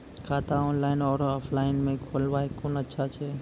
खाता ऑनलाइन और ऑफलाइन म खोलवाय कुन अच्छा छै?